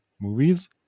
movies